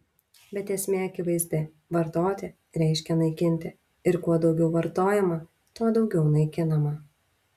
bet esmė akivaizdi vartoti reiškia naikinti ir kuo daugiau vartojama tuo daugiau naikinama